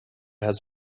has